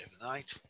overnight